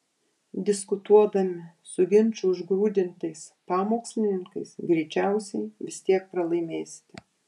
diskutuodami su ginčų užgrūdintais pamokslininkais greičiausiai vis tiek pralaimėsite